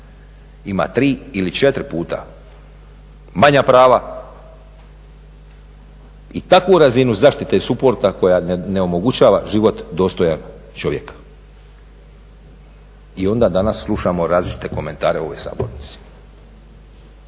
ima tri ili četiri puta manja prava i takvu razinu zaštite suporta koja ne omogućava život dostojan čovjeka. I onda danas slušamo različite komentare u ovoj sabornici.